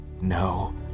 No